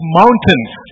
mountains